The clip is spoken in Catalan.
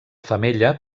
femella